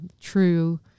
true